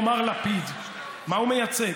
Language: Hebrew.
או מר לפיד, מה הוא מייצג?